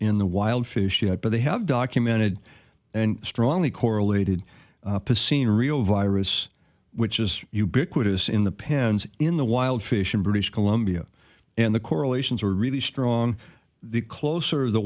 in the wild fish yet but they have documented and strongly correlated to seen real virus which is ubiquitous in the pens in the wild fish in british columbia and the correlations are really strong the closer the